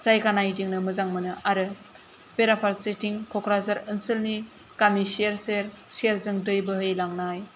जायगा नायदिंनो मोजां मोनो आरो बेराफारसेथिं क'क्राझार ओनसोलनि गामि सेर सेर सेरजों दै बोहै लांनाय